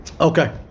okay